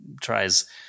tries